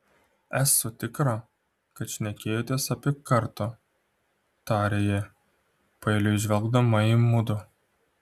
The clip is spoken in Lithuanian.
esu tikra kad šnekėjotės apie karto tarė ji paeiliui žvelgdama į mudu